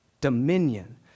dominion